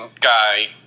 guy